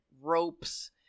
ropes